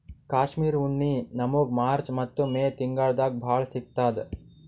ಕಾಶ್ಮೀರ್ ಉಣ್ಣಿ ನಮ್ಮಗ್ ಮಾರ್ಚ್ ಮತ್ತ್ ಮೇ ತಿಂಗಳ್ದಾಗ್ ಭಾಳ್ ಸಿಗತ್ತದ್